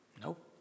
Nope